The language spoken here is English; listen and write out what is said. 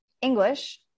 English